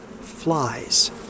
Flies